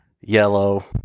yellow